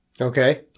Okay